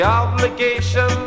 obligation